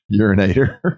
Urinator